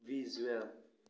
visual